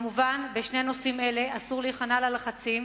כמובן, בשני נושאים אלה אסור להיכנע ללחצים.